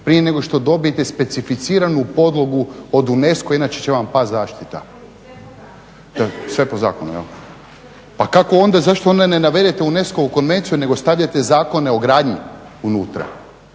prije nego što dobite specificiranu podlogu od UNESCO inače će vam pasti zaštita. …/Upadica sa strane, ne čuje se./… Sve po zakonu? Pa kako onda, zašto onda ne navedete UNESCO-vu konvenciju nego stavljate zakone o gradnji unutra.